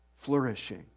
flourishing